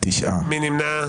מי נמנע?